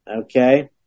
okay